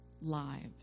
lives